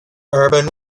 urban